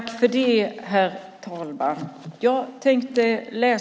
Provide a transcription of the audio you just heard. Herr talman!